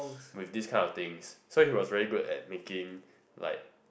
with this kind of things so he was very good at making like